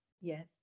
Yes